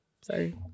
sorry